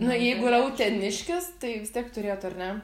na jeigu yra uteniškis tai vis tiek turėtų ar ne